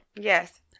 Yes